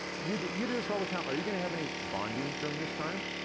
you do you do this all the time. are you gonna have any bonding during this time?